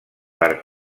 per